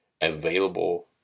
available